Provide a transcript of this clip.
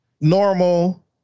normal